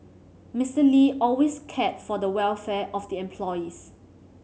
Mister Lee always cared for the welfare of the employees